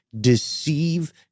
deceive